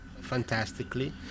fantastically